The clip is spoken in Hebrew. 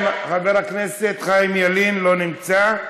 חבר הכנסת חיים ילין לא נמצא,